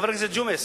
חבר הכנסת אורון,